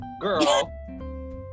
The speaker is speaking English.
girl